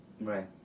Right